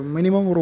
Minimum